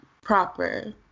proper